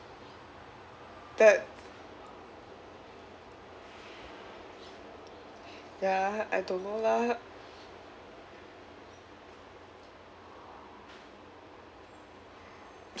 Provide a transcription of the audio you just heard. the ya I don't know lah